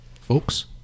folks